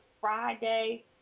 Friday